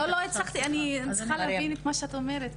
לא, לא הצלחתי, אני צריכה להבין את מה שאת אומרת.